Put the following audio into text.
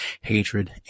hatred